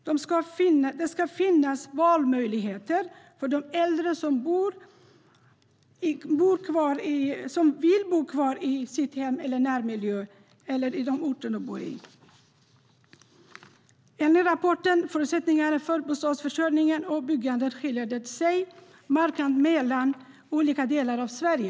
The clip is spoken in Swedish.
Det ska finnas valmöjligheter för de äldre som vill bo kvar i sina hem eller i närmiljön. Enligt rapporten är det en markant skillnad i förutsättningarna för bostadsförsörjning och byggande mellan olika delar av Sverige.